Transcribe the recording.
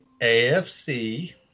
AFC